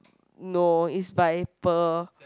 no is by per